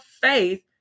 faith